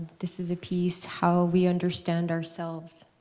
this is a piece how we understand ourselves,